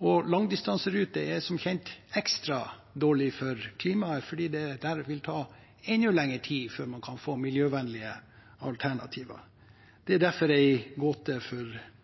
Langdistanseruter er som kjent ekstra dårlig for klimaet fordi det der vil ta enda lengre tid før man kan få miljøvennlige alternativer. Det er derfor en gåte for